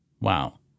Wow